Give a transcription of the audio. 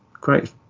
Great